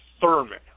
Thurman